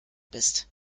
bist